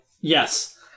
Yes